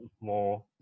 more